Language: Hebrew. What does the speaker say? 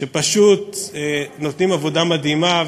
שפשוט נותנים עבודה מדהימה,